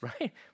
right